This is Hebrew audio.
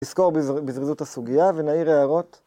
נסקור בזריזות את הסוגיה ונעיר הערות.